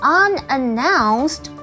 unannounced